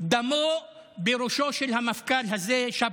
דמו בראשו של המפכ"ל הזה, שבתאי,